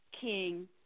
King